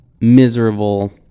miserable